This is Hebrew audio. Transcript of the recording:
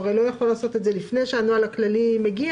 הוא הרי לא יכול לעשות את זה לפני שהנוהל הכללי מגיע,